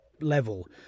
level